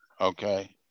okay